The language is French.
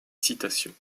citations